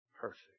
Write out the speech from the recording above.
Perfect